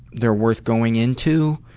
they're worth going into?